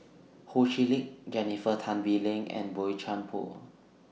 Ho Chee Lick Jennifer Tan Bee Leng and Boey Chuan Poh